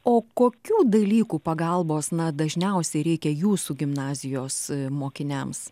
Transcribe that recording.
o kokių dalykų pagalbos na dažniausiai reikia jūsų gimnazijos mokiniams